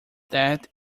that